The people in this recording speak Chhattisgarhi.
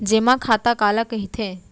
जेमा खाता काला कहिथे?